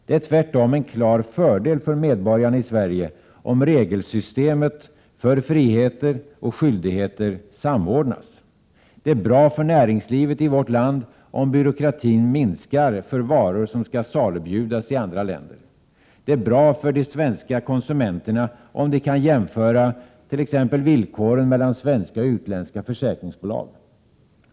Det är tvärtom en klar fördel för medborgarna i Sverige om regelsystemet för friheter och skyldigheter samordnas. Det är bra för näringslivet i vårt land om byråkratin minskar för varor som skall salubjudas i andra länder. Det är bra för de svenska konsumenterna, om de kan jämföra t.ex. villkoren mellan svenska och utländska försäkringsbolag.